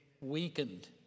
weakened